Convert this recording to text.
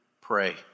pray